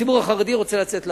הציבור החרדי רוצה לצאת לעבוד,